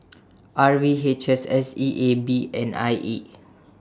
R V H S S E A B and I E